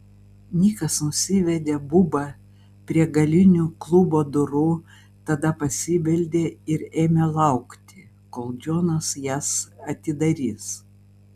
nikas nusivedė bubą prie galinių klubo durų tada pasibeldė ir ėmė laukti kol džonas jas atidarys